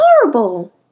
horrible